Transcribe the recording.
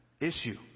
issue